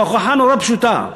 שההוכחה נורא פשוטה,